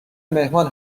مهمان